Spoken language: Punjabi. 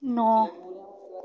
ਨੌ